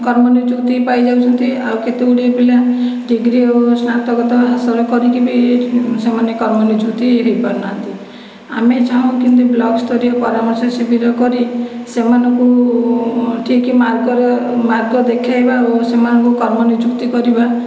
କର୍ମ ନିଯୁକ୍ତି ପାଇଯାଉଛନ୍ତି ଆଉ କେତେ ଗୁଡ଼ିଏ ପିଲା ଡିଗ୍ରୀ ଆଉ ସ୍ନାତକତା ହାସଲ କରିକି ବି ସେମାନେ କର୍ମ ନିଯୁକ୍ତି ହୋଇ ପାରୁନାହାନ୍ତି ଆମେ ଚାଁହୁ କେମିତି ବ୍ଲକ ସ୍ତରୀୟ ପରାମର୍ଶ ଶିବିର କରି ସେମାନଙ୍କୁ ଠିକ୍ ମାର୍ଗ ଦେଖେଇବା ଆଉ ସେମାନଙ୍କୁ କର୍ମ ନିଯୁକ୍ତି କରିବା